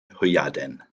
hwyaden